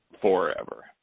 forever